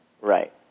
Right